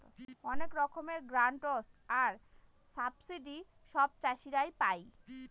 অনেক রকমের গ্রান্টস আর সাবসিডি সব চাষীরা পাই